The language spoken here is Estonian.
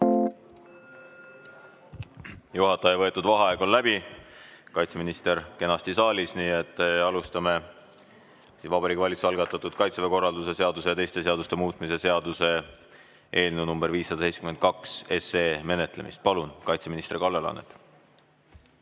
Juhataja võetud vaheaeg on läbi, kaitseminister on kenasti saalis. Nii et alustame Vabariigi Valitsuse algatatud Kaitseväe korralduse seaduse ja teiste seaduste muutmise seaduse eelnõu 572 menetlemist. Palun, kaitseminister Kalle Laanet!